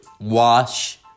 wash